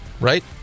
right